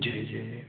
जी जी